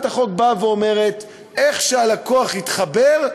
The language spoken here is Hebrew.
היא אומרת: איך שהלקוח התחבר,